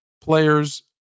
players